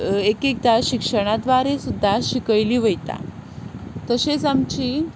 एक एकदां शिक्षणा द्वारे सुद्दां शिकयलीं वता तशेंच आमची